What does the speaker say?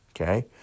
okay